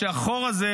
שהחור הזה,